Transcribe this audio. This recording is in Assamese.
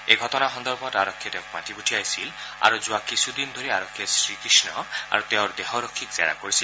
এই ঘটনা সন্দৰ্ভত আৰক্ষীয়ে তেওঁক মাতি পঠিয়াইছিল আৰু যোৱা কিছুদিন ধৰি আৰক্ষীয়ে শ্ৰীকৃষ্ণ আৰু তেওঁৰ দেহৰক্ষীক জেৰা কৰিছিল